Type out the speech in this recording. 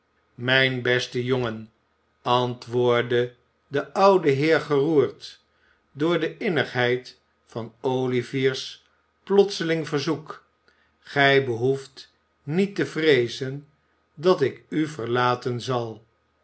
mijn beste jongen antwoordde de oude heer geroerd door de innigheid van olivier's plotseling verzoek gij behoeft niet te vreezen dat ik u verlaten zal